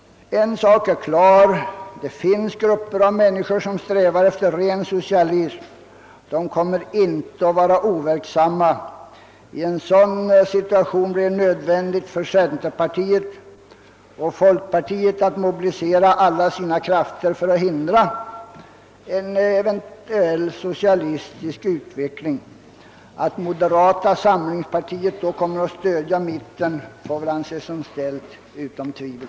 En sak är klar: det finns grupper av människor som strävar efter en ren socialism. De kommer inte att vara overksamma. I en sådan situation blir det nödvändigt för centerpartiet och folkpartiet att mobilisera alla sina krafter för att hindra en eventuell socialistisk utveckling. Att moderata samlingspartiet då kommer att stödja mitten får väl anses ställt utom allt tvivel.